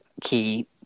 key